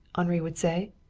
henri would say.